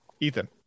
Ethan